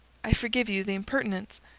i forgive you the impertinence.